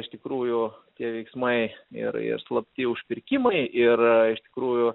iš tikrųjų tie veiksmai ir ir slapti užpirkimai ir iš tikrųjų